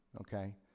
okay